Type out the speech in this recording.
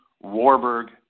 Warburg